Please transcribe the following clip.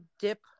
dip